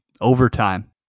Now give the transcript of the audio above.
overtime